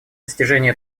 достижения